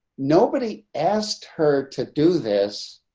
nobody asked her to do this.